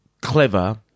clever